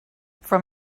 from